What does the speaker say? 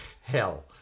hell